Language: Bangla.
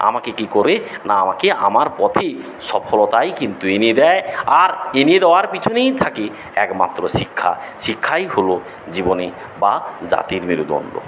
আমাকে কী করে না আমাকে আমার পথে সফলতাই কিন্তু এনে দেয় আর এনে দেওয়ার পিছনেই থাকে একমাত্র শিক্ষা শিক্ষাই হল জীবনের বা জাতির মেরুদণ্ড